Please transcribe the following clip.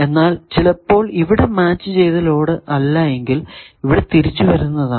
എന്നാൽ ചിലപ്പോൾ ഇവിടെ മാച്ച് ചെയ്ത ലോഡ് അല്ല എങ്കിൽ ഇവിടെ തിരിച്ചു വരുന്നതാണ്